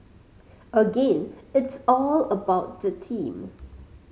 again it's all about the team